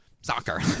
Soccer